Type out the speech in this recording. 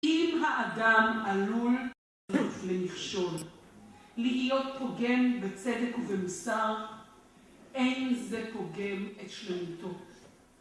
אם האדם עלול למכשול, להיות פוגם בצדק ובמוסר, אין זה פוגם את שלמותו.